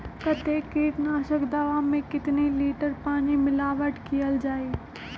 कतेक किटनाशक दवा मे कितनी लिटर पानी मिलावट किअल जाई?